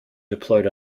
deployed